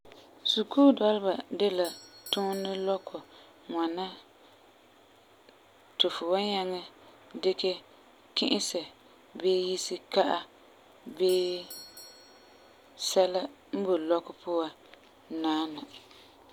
Sukuu dɔleba de la tuunɛ lɔkɔ ŋwana ti fu wan nyaŋɛ dikɛ ki'isɛ bii yese ka'a bii sɛla n boi lɔkɔ puan naana.